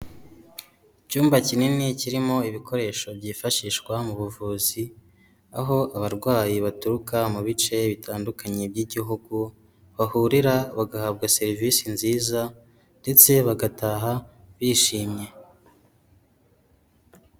Icyumba kinini kirimo ibikoresho byifashishwa mu buvuzi aho abarwayi baturuka mu bice bitandukanye by'igihugu bahurira bagahabwa serivisi nziza ndetse bagataha bishimye.